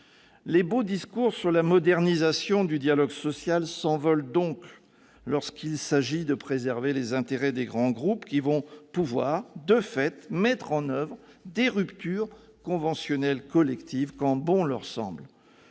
Vos beaux discours sur la modernisation du dialogue social s'envolent donc lorsqu'il s'agit de préserver les intérêts des grands groupes, lesquels pourront, de fait, mettre en oeuvre la rupture conventionnelle collective quand bon leur semble.